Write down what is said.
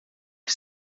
que